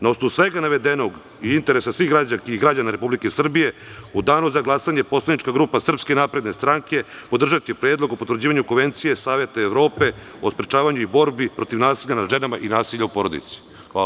Na osnovu svega navedenog i interesa svih građanki i građana Republike Srbije u danu za glasanje poslanička grupa SNS podržaće predlog o potvrđivanju Konvencije Saveta Evrope o sprečavanju i borbi protiv nasilja nad ženama i nasilja u porodici.